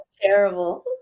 terrible